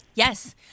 Yes